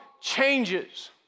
changes